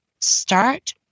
start